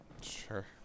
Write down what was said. Sure